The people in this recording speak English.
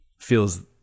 feels